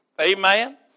Amen